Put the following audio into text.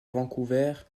vancouver